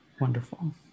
Wonderful